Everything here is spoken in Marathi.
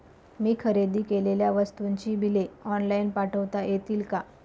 मी खरेदी केलेल्या वस्तूंची बिले ऑनलाइन पाठवता येतील का?